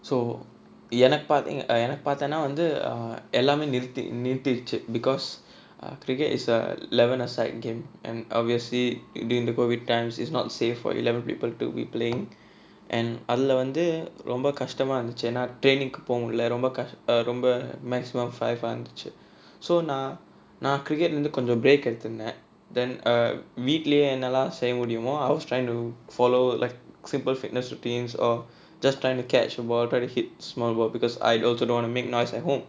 so எனக்கு பாத்திங்க எனக்கு பாத்தேனா வந்து எல்லாமே நிறுத்தி நிறுத்திருச்சு:enakku paathinga enakku paathaenaa vanthu ellaamae niruthi niruthiruchu because err cricket is a eleven person game and obviously during the COVID times is not safe for eleven people to be playing and அதுல வந்து ரொம்ப கஷ்டமா இருந்துச்சு ஏனா:athula vanthu romba kashtamaa irunthuchu yaenaa training போ முடில ரொம்ப ரொம்ப:po mudila romba romba maximum of five ah இருந்துச்சு:irunthuchu so நா:naa cricket leh இருந்து:irunthu break எடுத்துண்டேன்:eduthundaen then வீட்டுலயே என்னலாம் செய்ய முடியுமோ:veetulae ennalaam seiya mudiyumo I was trying to follow like simple fitness routines or just trying to catch while trying to hit small work because I also don't wanna make noise at home